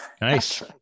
nice